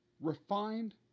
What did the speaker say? refined